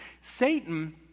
Satan